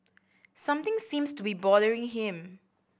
something seems to be bothering him